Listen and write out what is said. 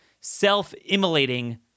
self-immolating